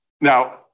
Now